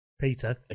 Peter